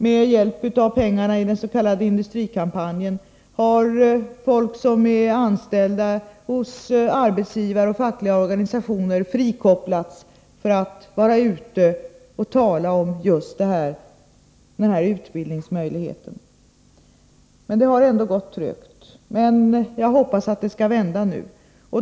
Med hjälp av pengarna i den s.k. industrikampanjen har folk som är anställda hos arbetsgivarorganisationer och fackliga organisationer frikopplats för att vara ute och tala om den här utbildningsmöjligheten. Ändå har det gått trögt, men jag hoppas att det skall vända nu.